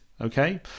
okay